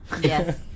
yes